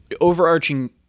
overarching